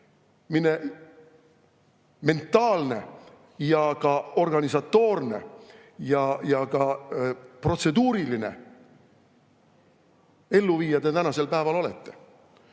mille mentaalne, organisatoorne ja ka protseduuriline elluviija te tänasel päeval olete.